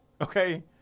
Okay